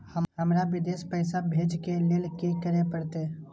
हमरा विदेश पैसा भेज के लेल की करे परते?